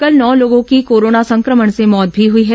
कल नौ लोगों की कोरोना संक्रमण से मौत भी हुई है